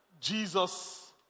Jesus